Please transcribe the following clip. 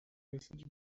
passage